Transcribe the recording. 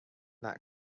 that